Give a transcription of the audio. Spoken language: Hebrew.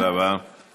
תודה רבה, גברתי.